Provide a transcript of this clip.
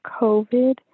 COVID